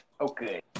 Okay